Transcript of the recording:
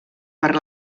per